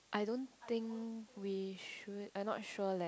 I don't think we should I not sure leh